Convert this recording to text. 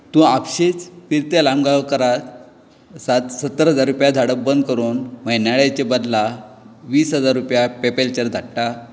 तूं आपशींच पिर्तें लामगांवकाराक सत्तर हजार रुपया धाडप बंद करून म्हयन्याळेचे बदला वीस हजार रुपया पेपॅलचेर धाडटा